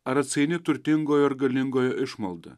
ar atsaini turtingojo ar galingojo išmalda